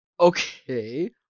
Okay